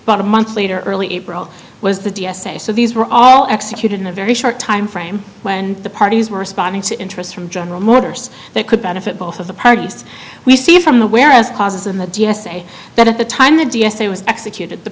about a month later early april was the d s a so these were all executed in a very short timeframe when the parties were responding to interest from general motors that could benefit both of the parties we see from the whereas causes in the g s a that at the time the d s a was executed the